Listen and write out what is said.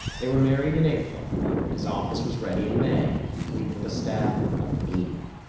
they were married in april and his office was ready in may, complete with a staff of eighty.